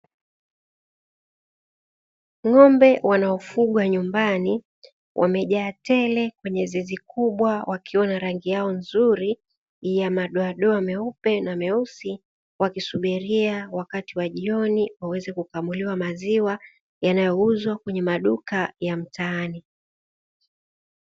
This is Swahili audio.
Ng'ombe wa wanaokufugwa nyumbani wamejaa tele kwenye zizi kubwa, wakiwa na rangi yao nzuri ya madoa doa meupe na meusi, wakisubiria wakati wa jioni waweze kukamuliwa maziwa, yanayouzwa kwenye maduka ya mtaani.